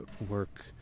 work